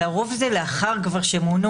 לרוב זה כבר לאחר שמונו